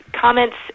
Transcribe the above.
Comments